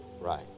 Right